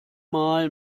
mal